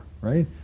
right